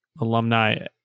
alumni